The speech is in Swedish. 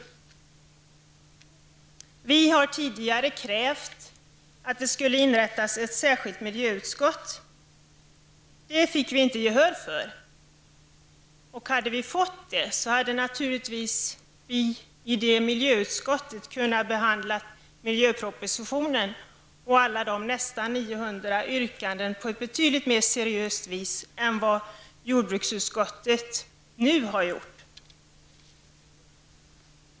Vi har tidigare krävt att det skulle inrättas ett särskilt miljöutskott. Detta krav fick vi inte gehör för. Om vi hade fått gehör, hade vi naturligtvis i detta miljöutskott kunnat behandla miljöpropositionen och alla nästan 900 yrkanden på ett betydligt mer seriöst sätt än vad jordbruksutskottet nu har gjort.